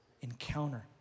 Encounter